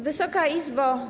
Wysoka Izbo!